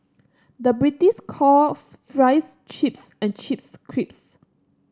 the British calls fries chips and chips crisps